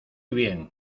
bien